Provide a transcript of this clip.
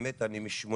באמת אני מ-83'